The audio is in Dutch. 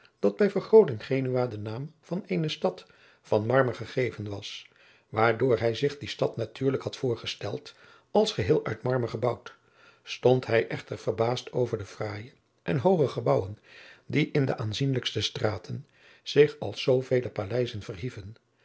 dat bij vergrooting genua de naam van eene stad van marmer gegeven was waardoor hij zich die stad natuurlijk had voorgesteld als geheel uit marmer gebouwd stond hij echter verbaasd over de fraaije en hooge gebouwen die in de aanzienlijkste straten zich als zoovele paleizen verhieven